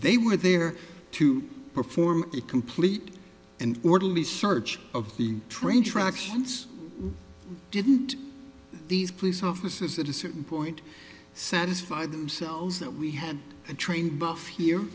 they were there to perform a complete and orderly search of the train tractions didn't these police officers at a certain point satisfy themselves that we had a train buff here